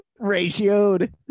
ratioed